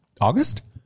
august